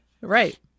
Right